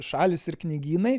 šalys ir knygynai